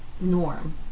norm